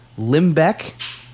limbeck